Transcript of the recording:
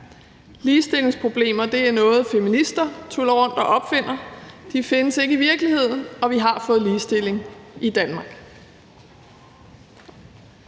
Ligestillingsproblemer er noget, feminister tuller rundt og opfinder, de findes ikke i virkeligheden, og vi har fået ligestilling i Danmark.